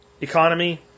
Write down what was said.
economy